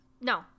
No